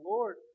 Lord